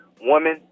women